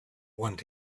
want